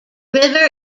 river